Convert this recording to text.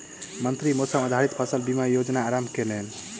मंत्री मौसम आधारित फसल बीमा योजना के आरम्भ केलैन